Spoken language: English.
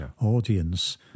audience